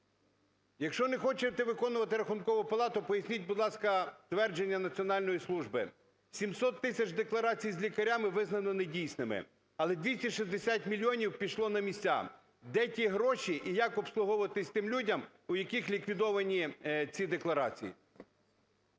Якщо не хочете виконувати… Рахункову палату, поясніть, будь ласка, твердження національної служби: 700 тисяч декларацій з лікарями визнано недійсними. Але 260 мільйонів пішло на місця. Де ті гроші, і як обслуговуватись тим людям, у яких ліквідовані ці декларації?